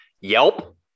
Yelp